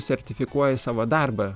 sertifikuoji savo darbą